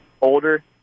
older